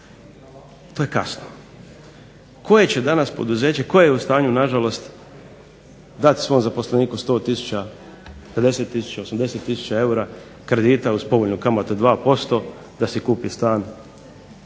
to je kasno. Koje će danas poduzeće, koje je u stanju na žalost dati svom zaposleniku 100000, 50000, 80000 eura kredita uz povoljnu kamatu od 2% da si kupi stan,